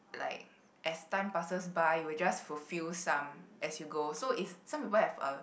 like as time passes by you will just fulfill some as you go so if some people have a